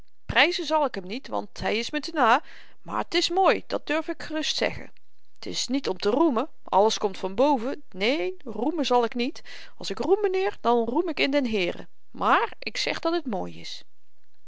pryzen zal ik hem niet want hy is me te na maar t is mooi dat durf ik gerust zeggen t is niet om te roemen alles komt van boven neen roemen zal ik niet als ik roem mynheer dan roem ik in den heere maar ik zeg dat het mooi is